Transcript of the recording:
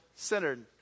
Centered